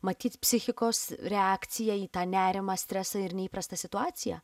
matyt psichikos reakcija į tą nerimą stresą ir neįprastą situaciją